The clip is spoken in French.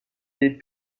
les